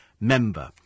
member